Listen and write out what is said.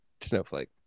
Snowflake